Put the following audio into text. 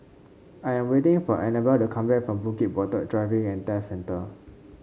I am waiting for Annabel to come back from Bukit Batok Driving And Test Centre